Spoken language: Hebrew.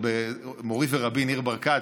מורי ורבי ניר ברקת,